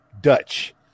Dutch